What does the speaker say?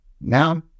now